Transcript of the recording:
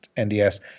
NDS